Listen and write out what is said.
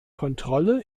kontrolle